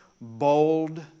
bold